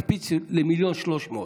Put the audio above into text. הקפיץ ל-1.3 מיליון.